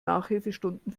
nachhilfestunden